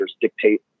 dictate